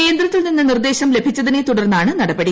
കേന്ദ്രത്തിൽ നിന്ന് നിർദ്ദേശം ലഭിച്ചതിനെ തുടർന്നാണ് നടപടി